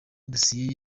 dossier